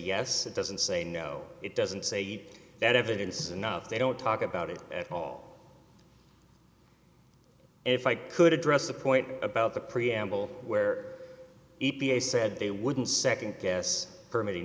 yes it doesn't say no it doesn't say that evidence is enough they don't talk about it at all if i could address the point about the preamble where e p a said they wouldn't nd guess permitting